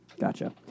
Gotcha